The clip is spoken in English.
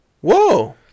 Whoa